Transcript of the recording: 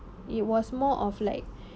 it was more of like